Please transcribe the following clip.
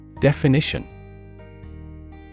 Definition